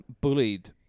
bullied